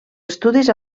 estudis